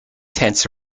tense